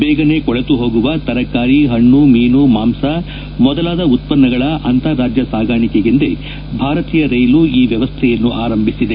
ಬೇಗನೆ ಕೊಳೆತು ಹೋಗುವ ತರಕಾರಿ ಹಣ್ಣು ಮೀನು ಮಾಂಸ ಮೊದಲಾದ ಉತ್ಪನ್ನಗಳ ಅಂತಾರಾಜ್ಯ ಸಾಗಾಣಿಕೆಗೆಂದೇ ಭಾರತೀಯ ರೈಲು ಈ ವ್ಯವಸ್ಥೆಯನ್ನು ಆರಂಭಿಸಿದೆ